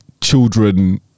children